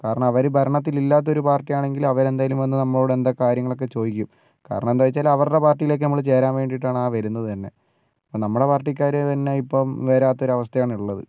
കാരണം അവര് ഭരണത്തിൽ ഇല്ലാത്ത ഒരു പാർട്ടി ആണെങ്കിൽ അവർ എന്തായാലും വന്ന് നമ്മളോട് എന്താ കാര്യങ്ങൾ ഒക്കെ ചോദിക്കും കാരണം എന്താ വെച്ചാല് അവരുടെ പാർട്ടിലേക്ക് നമ്മൾ ചേരാൻ വേണ്ടീട്ടാണ് ആ വരുന്നത് തന്നെ അപ്പ നമ്മുടെ പാർട്ടിക്കാര് തന്നെ ഇപ്പം വരാത്ത ഒരു അവസ്ഥയാണ് ഉള്ളത്